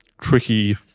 tricky